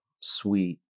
sweet